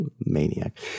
Maniac